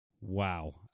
Wow